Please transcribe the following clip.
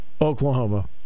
Oklahoma